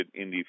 indie